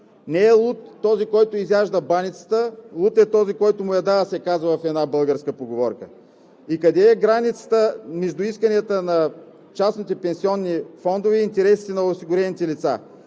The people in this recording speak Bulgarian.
„Не е луд този, който изяжда баницата. Луд е този, който му я дава.“ – се казва в една българска поговорка. Къде е границата между исканията на частните пенсионни фондове и интересите на осигурените лица?